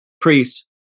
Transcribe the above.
priests